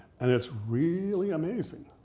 and it's really amazing